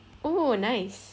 oh nice